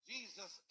Jesus